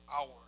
hour